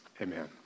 Amen